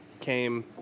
came